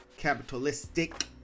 capitalistic